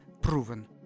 proven